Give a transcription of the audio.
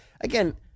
again